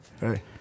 Hey